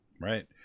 Right